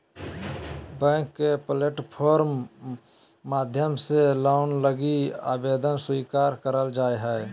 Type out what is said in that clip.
bank के platform माध्यम से लोन लगी आवेदन स्वीकार करल जा हय